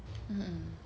mmhmm